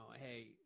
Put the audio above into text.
hey